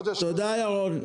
תודה, ירון.